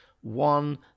one